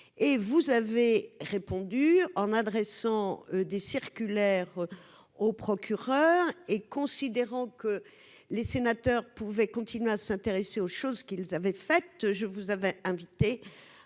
et vous avez répondu en adressant des circulaires au procureur et considérant que les sénateurs pouvaient continuer à s'intéresser aux choses qu'ils avaient fait je vous avez invité